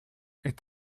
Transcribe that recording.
est